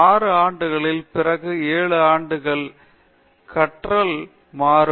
6 ஆண்டுகளுக்கு பிறகு 7 ஆண்டுகள் 8 ஆண்டுகள் கற்றல் பிளாட் மாறும்